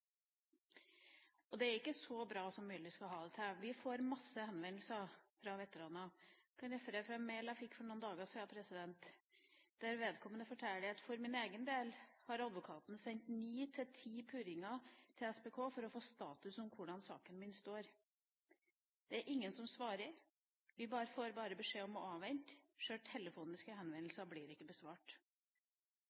Det er ikke så bra som Myrli skal ha det til. Vi får masse henvendelser fra veteraner. Jeg kan referere fra en mail jeg fikk for noen dager siden, der vedkommende forteller: For min egen del har advokaten sendt ni–ti purringer til SPK for å få status om hvordan saken min står. Det er ingen som svarer. Vi får bare beskjed om å avvente. Sjøl